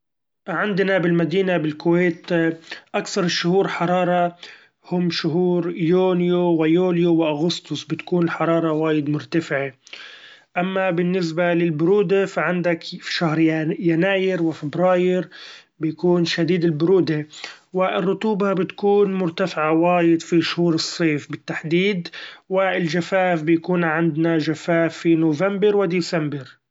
عندنا بالمدينة بالكويت اكثر الشهور حرارة هم شهور يونيو ويوليو واغسطس، بتكون الحرارة وايد مرتفعة اما بالنسبة للبرودة ف عندك شهر ي-يناير وفبراير بيكون شديد البرودة ،والرطوبة بتكون مرتفعة وايد في شهور الصيف بالتحديد، والجفاف بيكون عندنا چفاف في نوفمبر وديسمبر.